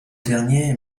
dernier